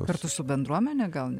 kartu su bendruomene gal